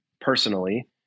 personally